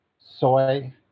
soy